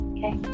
Okay